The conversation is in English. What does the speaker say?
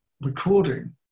recording